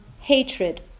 hatred